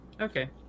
okay